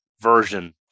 version